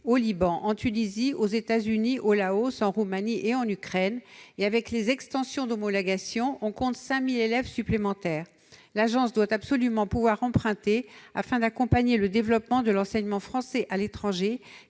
au Liban, en Tunisie, aux États-Unis, au Laos, en Roumanie et en Ukraine. En comptant les extensions d'homologation, on atteint 5 000 élèves supplémentaires. L'Agence doit absolument pouvoir emprunter afin d'accompagner le développement de l'enseignement français à l'étranger,